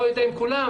לא יודע אם כולם,